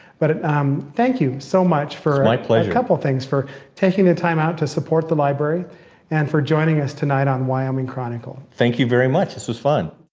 but um thank you so much for its my pleasure, a couple things, for taking the time out to support the library and for joining us tonight on wyoming chronicle. thank you very much, this was fun.